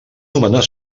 nomenar